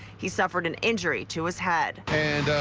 he suffered an injury to his head.